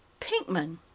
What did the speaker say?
Pinkman